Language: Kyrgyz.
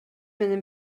менен